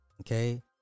Okay